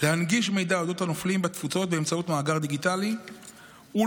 להנגיש מידע על אודות הנופלים בתפוצות באמצעות מאגר דיגיטלי ולהתאים